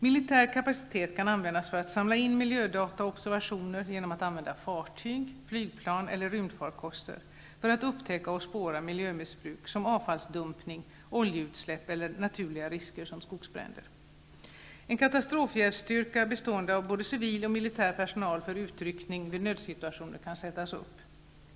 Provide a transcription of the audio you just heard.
Militär kapacitet kan användas för att samla in miljödata och observationer genom att använda fartyg, flygplan eller rymdfarkoster, för att upptäcka och spåra miljömissbruk såsom avfallsdumpning, oljeutsläpp eller naturliga risker, som skogsbränder. En katastrofhjälpstyrka bestående av både civil och militär personal för utryckning vid nödsituationer kan sättas upp.